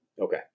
Okay